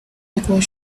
because